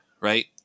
right